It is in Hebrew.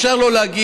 אפשר לא להגיד,